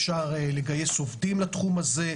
אפשר לגייס עובדים לתחום הזה,